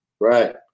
Right